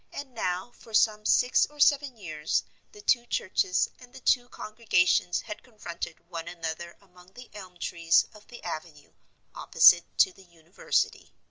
and now for some six or seven years the two churches and the two congregations had confronted one another among the elm trees of the avenue opposite to the university.